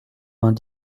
vingt